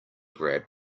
grabbed